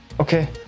Okay